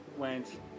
went